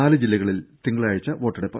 നാല് ജില്ലകളിൽ തിങ്കളാഴ്ച വോട്ടെടുപ്പ്